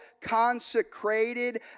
consecrated